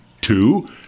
Two